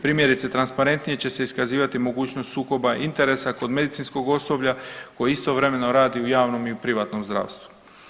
Primjerice, transparentnije će se iskazivati mogućnost sukoba interesa kod medicinskog osoblja koje istovremeno radi u javnom i u privatnom zdravstvu.